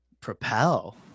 Propel